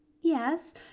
Yes